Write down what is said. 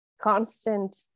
constant